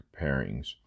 pairings